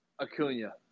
Acuna